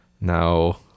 now